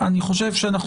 שאנחנו